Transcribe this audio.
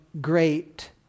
great